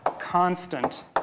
constant